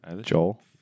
Joel